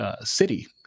city